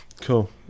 cool